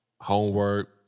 homework